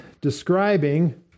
describing